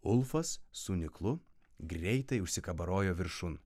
ulfas su niklu greitai užsikabarojo viršun